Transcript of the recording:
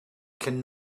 can